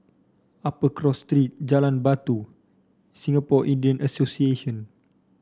Upper Cross Street Jalan Batu Singapore Indian Association